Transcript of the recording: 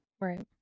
Right